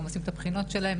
הם עושים את הבחינות שלהם.